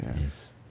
Yes